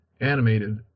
animated